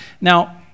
Now